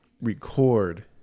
record